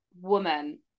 woman